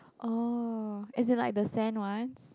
oh is it like the Sam one's